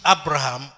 Abraham